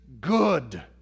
good